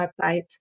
websites